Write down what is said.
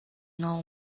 know